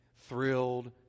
thrilled